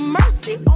mercy